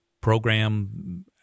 program